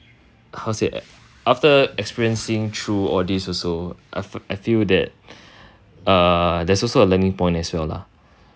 how to say after experiencing through all these also I felt I feel that err there's also a learning point as well lah